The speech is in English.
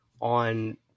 on